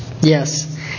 Yes